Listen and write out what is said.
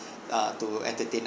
uh to entertain